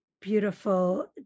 beautiful